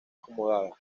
acomodada